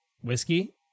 Whiskey